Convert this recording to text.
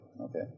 Okay